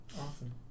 Awesome